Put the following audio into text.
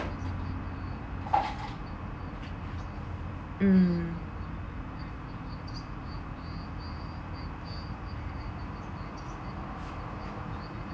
mm